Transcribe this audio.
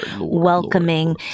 welcoming